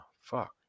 Fuck